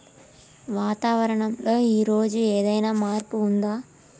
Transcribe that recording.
వాతావరణం లో ఈ రోజు ఏదైనా మార్పు ఉందా?